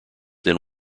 then